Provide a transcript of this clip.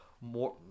more